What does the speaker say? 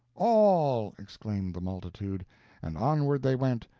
all, exclaimed the multitude and onward they went,